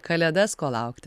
kalėdas ko laukti